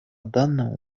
данному